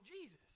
Jesus